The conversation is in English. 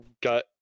Got